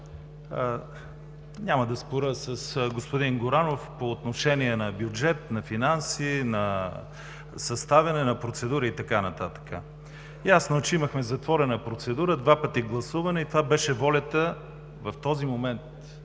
Няма да споря с господин Горанов по отношение на бюджет, на финанси, на съставяне на процедури и така нататък. Ясно е, че имахме затворена процедура – два пъти гласуване, и това беше волята в този момент